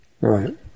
Right